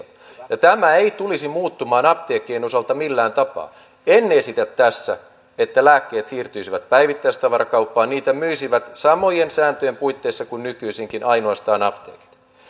ja tämä ei tulisi muuttumaan apteekkien osalta millään tapaa en esitä tässä että lääkkeet siirtyisivät päivittäistavarakauppaan niitä myisivät samojen sääntöjen puitteissa kuin nykyisinkin ainoastaan apteekit